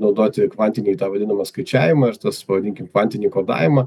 naudoti kvantinį tą vadinamą skaičiavimą ir tas pavadinkim kvantinį kodavimą